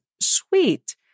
sweet